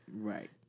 Right